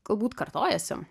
galbūt kartojasi